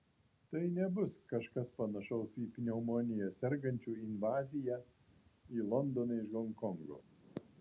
tai nebus kažkas panašaus į pneumonija sergančių invaziją į londoną iš honkongo